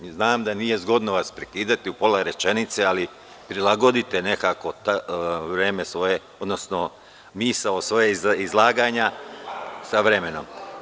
Znam da nije zgodno vas prekidati u pola rečenice, ali prilagodite nekako vreme svoje, odnosno svoja izlaganja sa vremenom.